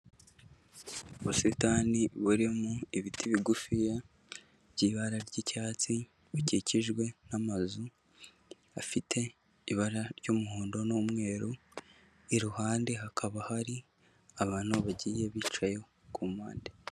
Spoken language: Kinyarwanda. Ubusitani burimo ibiti bigufi by'ibara ry'icyatsi bukikijwe n'amazu afite ibara ry'umuhondo n'umweru iruhande hakaba hari abantu bagiye bicaye ku mpande.